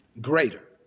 greater